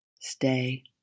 stay